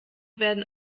werden